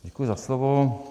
Děkuji za slovo.